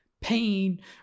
pain